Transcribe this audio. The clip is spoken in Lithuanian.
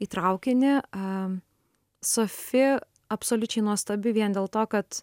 į traukinį a sofi absoliučiai nuostabi vien dėl to kad